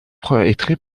très